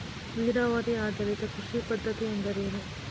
ನೀರಾವರಿ ಆಧಾರಿತ ಕೃಷಿ ಪದ್ಧತಿ ಎಂದರೇನು?